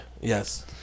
Yes